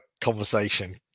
conversation